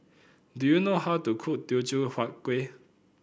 do you know how to cook Teochew Huat Kueh